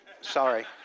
sorry